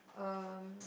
um